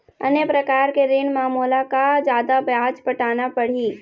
अन्य प्रकार के ऋण म मोला का जादा ब्याज पटाना पड़ही?